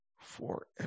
forever